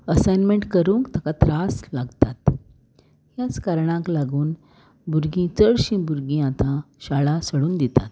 assignment करूंक ताका त्रास लागतात ह्याच कारणाक लागून भुरगीं चडशीं भुरगीं आतां शाळा सोडून दितात